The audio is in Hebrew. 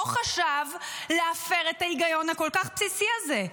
לא חשב להפר את ההיגיון הכל-כך בסיסי הזה.